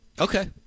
Okay